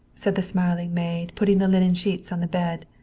said the smiling maid, putting the linen sheets on the bed.